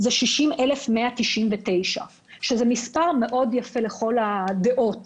זה 60,199. מדובר במספר מאוד יפה לכל הדעות.